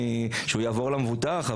שהוא יעבור למבוטח,